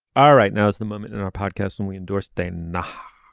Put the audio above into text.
all right. now is the moment in our podcast when we endorse dana